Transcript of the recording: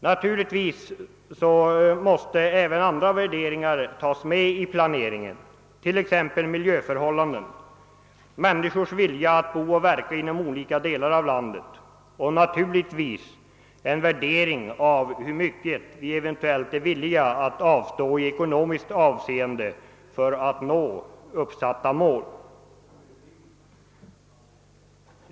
Naturligtvis måste även andra värderingar tas med i planeringen, t.ex. miljöförhållanden, människors vilja att bo och verka inom olika delar av landet och en värdering av hur mycket vi eventuellt är villiga att avstå i ekonomiskt avseende för att nå uppsatta mål.